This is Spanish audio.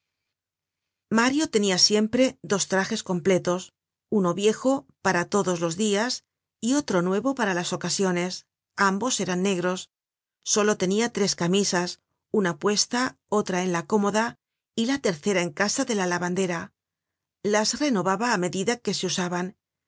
mario tenia siempre dos trajes completos uno viejo para todos los dias y otro nuevo para las ocasiones ambos eran negros solo tenia tres camisas una puesta otra en la cómoda y la tercera en casa de la lavandera las renovaba á medida que se usaban